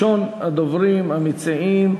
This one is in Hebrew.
מס' 1211,